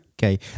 Okay